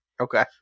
Okay